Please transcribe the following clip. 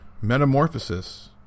metamorphosis